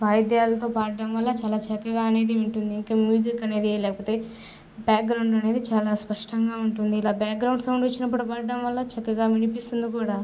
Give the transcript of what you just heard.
వాయిద్యాలతో పాడడం వల్ల చాలా చక్కగా అనేది ఉంటుంది ఇంకా మ్యూజిక్ అనేది లేకపోతే బ్యాక్గ్రౌండ్ అనేది చాలా స్పష్టంగా ఉంటుంది ఇలా బ్యాక్గ్రౌండ్ సౌండ్ వచ్చినప్పుడు పాడడం వల్ల చక్కగా వినిపిస్తుంది కూడా